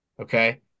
okay